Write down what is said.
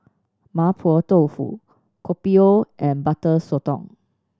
Mapo Tofu Kopi O and Butter Sotong